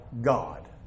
God